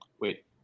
Wait